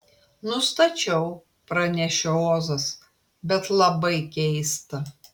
nustačiau pranešė ozas bet labai keista